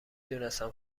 دونستم